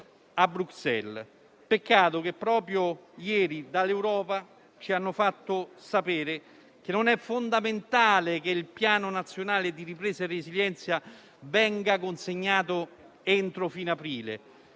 a Bruxelles. Peccato che proprio ieri dall'Europa ci hanno fatto sapere che non è fondamentale che il Piano nazionale di ripresa e resilienza venga consegnato entro fine aprile,